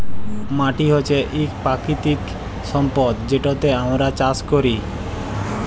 মাটি হছে ইক পাকিতিক সম্পদ যেটতে আমরা চাষ ক্যরি